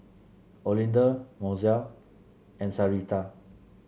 Olinda Mozelle and Sarita